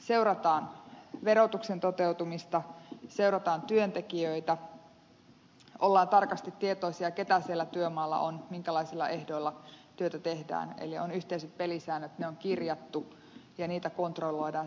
seurataan verotuksen toteutumista seurataan työntekijöitä ollaan tarkasti tietoisia keitä siellä työmaalla on minkälaisilla ehdoilla työtä tehdään eli on yhteiset pelisäännöt ne on kirjattu ja niitä kontrolloidaan säännöllisesti